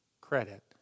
credit